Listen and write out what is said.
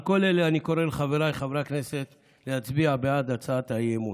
על כל אלה אני קורא לחבריי חברי הכנסת להצביע בעד הצעת האי-אמון.